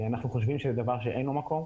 אנחנו חושבים שזה דבר שאין לו מקום,